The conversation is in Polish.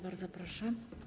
Bardzo proszę.